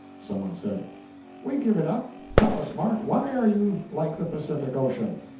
some one said we give it up. tell us, mark, why are you like the pacific ocean?